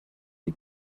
die